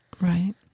Right